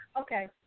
Okay